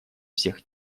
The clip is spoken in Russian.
всех